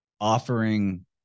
offering